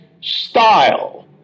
style